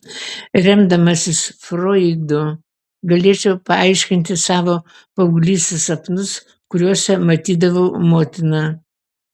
remdamasis froidu galėčiau paaiškinti savo paauglystės sapnus kuriuose matydavau motiną